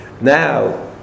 Now